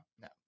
no